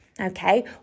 Okay